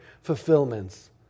fulfillments